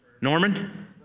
Norman